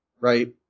Right